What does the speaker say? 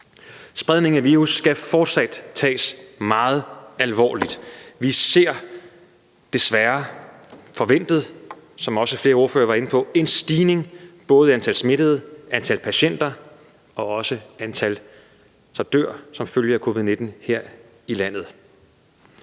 Spredning af virus skal fortsat tages meget alvorligt. Vi ser desværre, som også flere ordførere var inde på, som forventet en stigning i antal smittede, i antal patienter og også i antallet, der dør som følge af covid-19, her i landet.